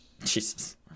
Jesus